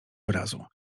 wyrazu